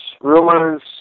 rumors